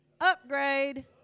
Upgrade